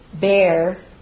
bear